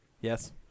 Yes